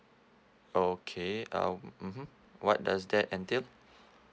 okay um mmhmm what does that entail